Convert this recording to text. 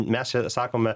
mes sakome